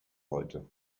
heute